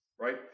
Right